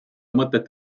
mõtet